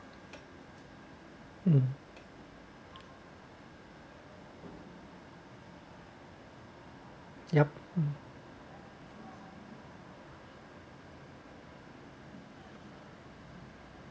uh yup